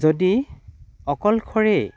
যদি অকলশৰে